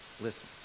Listen